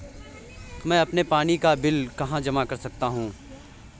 मैं अपने पानी का बिल कहाँ जमा कर सकता हूँ?